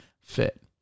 fit